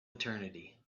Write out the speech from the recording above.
eternity